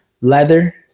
leather